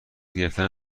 گرفتن